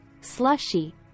slushy